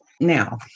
Now